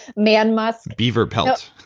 man musk beaver pelt.